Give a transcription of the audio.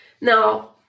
Now